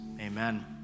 Amen